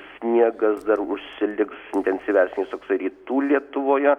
sniegas dar užsiliks intensyvesnis toksai rytų lietuvoje